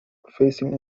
facing